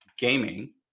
gaming